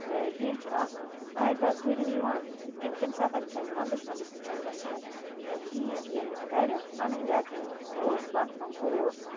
بیٚیہِ چھِ اَکھ دوٗرِم یِوان تِتھ کَنۍ تَمہِ ساتہٕ چھَنہٕ منٛدَچھ ونٛدَچھ تہِ چھَنہٕ گژھان کِہیٖنۍ ییٚلہِ گَرِ پَنٕنۍ لیٹریٖن ٲس باتھروٗم اوس